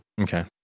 Okay